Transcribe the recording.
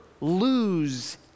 lose